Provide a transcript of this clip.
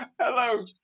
Hello